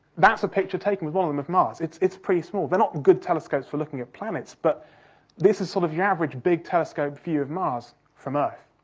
that's a picture taken with one of them, of mars, it's it's pretty small, they're not good telescopes for looking at planets, but this is sort of your average big telescope view of mars from earth.